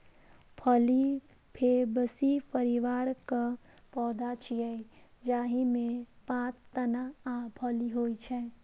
फली फैबेसी परिवारक पौधा छियै, जाहि मे पात, तना आ फली होइ छै